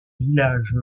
village